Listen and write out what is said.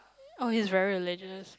oh he's very religious